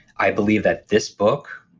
i believe that this book.